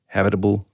Habitable